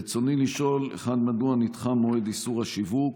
רצוני לשאול: 1. מדוע נדחה מועד איסור השיווק?